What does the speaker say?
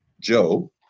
Joe